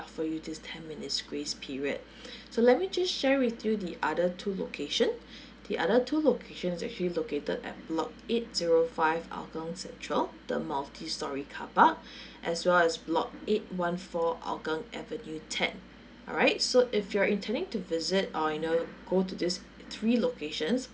offer you this ten minutes grace period so let me just share with you the other two location the other two location's actually located at block eight zero five hougang central the multi storey car park as well as block eight one four hougang avenue ten alright so if you're intending to visit or you know go to these three locations